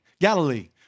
Galilee